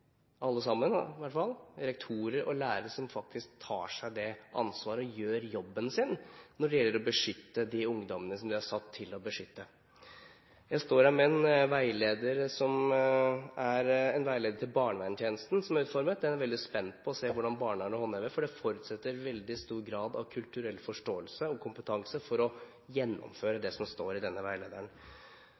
alle rektorer og lærere som faktisk tar det ansvaret og gjør jobben sin når det gjelder å beskytte de ungdommene som de er satt til å beskytte. Jeg står her med en veileder som er utformet til barneverntjenesten. Den er jeg veldig spent på å se hvordan barnevernet håndhever, for det forutsetter veldig stor grad av kulturell forståelse og kompetanse å gjennomføre det som står i denne veilederen.